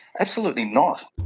absolutely not.